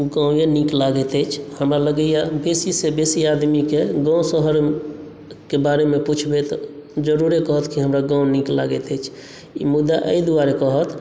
ओ गाँवे नीक लगैत अछि हमरा लगैए बेसीसँ बेसी आदमीकेँ गाँव शहरके बारेमे पुछबै तऽ जरूरे कहत कि हमरा गाँव नीक लगैत अछि ई मुदा एहि द्वारे कहत